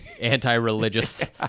anti-religious